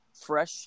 fresh